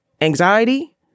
anxiety